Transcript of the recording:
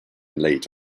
late